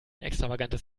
extravagantes